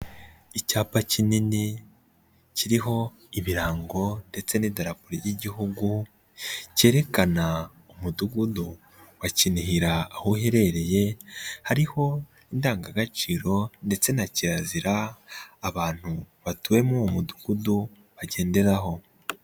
Icyapa kinini, kiriho ibirango ndetse n'idalapo ry'igihugu, cyerekana umudugudu wa Kinihira aho uherereye, hariho indangagaciro ndetse na kirazira, abantu batuye muri uwo mudugudu bagenderaho.